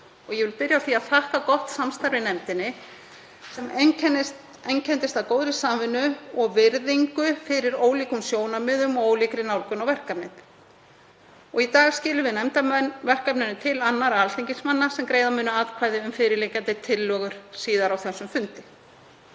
Ég vil byrja á því að þakka gott samstarf í nefndinni sem einkenndist af góðri samvinnu og virðingu fyrir ólíkum sjónarmiðum og ólíkri nálgun á verkefnið. Í dag skilum við nefndarmenn verkefninu til annarra alþingismanna sem greiða munu atkvæði um fyrirliggjandi tillögur síðar á þessum fundi.